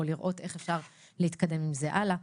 או לראות איך אפשר להתקדם עם זה הלאה.